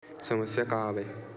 समस्या का आवे?